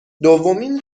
دومین